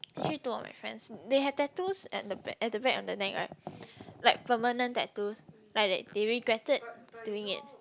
actually two of my friends they have tattoos at the back at the back on the neck right like permanent tattoos like they they regretted doing it